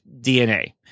DNA